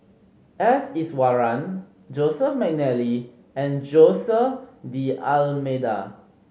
S Iswaran Joseph McNally and Jose D'Almeida